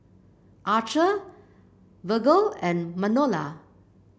Archer Virgle and Manuela